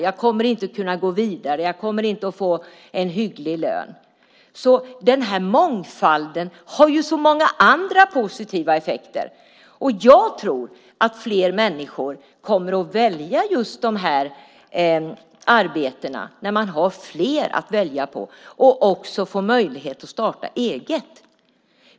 Jag kommer inte att kunna gå vidare. Jag kommer inte att få en hygglig lön. Denna mångfald har alltså så många andra positiva effekter. Jag tror att fler människor kommer att välja just dessa arbeten när de har fler arbetsgivare att välja mellan och också får möjlighet att starta eget.